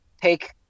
take